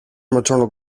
maternal